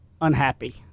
unhappy